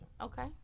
okay